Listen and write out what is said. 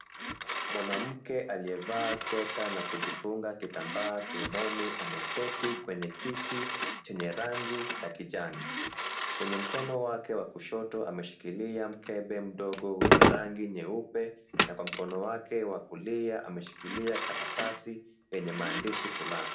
Mwanamke aliyevaa sweta na kujifunga kitambaa kiunoni ameketi kwenye kiti chenye rangi ya kijani. Kwenye mkono wake wa kushoto ameshikilia mkebe wenye rangi nyeupe na kwenye mkono wake wa kulia ameshikilia karatasi yenye maandishi fulani.